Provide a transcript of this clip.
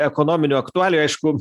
ekonominių aktualijų aišku